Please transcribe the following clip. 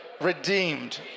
redeemed